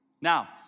Now